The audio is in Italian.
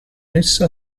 essa